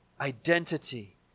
Identity